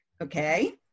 Okay